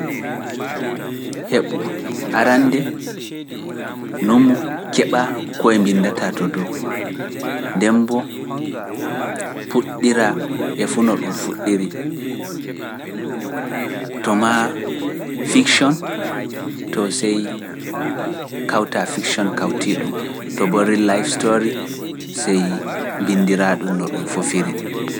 Heɓu arande, nun muu keɓa koye mbinndata to dow, ndemboo puɗɗira e fu no ɗum fuɗɗiri, to maa fiction to sey kawta fiction kawti ɗum, to borri life story sey mbinndira ɗum no ɗum fofiri.